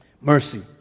Mercy